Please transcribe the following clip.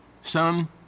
Son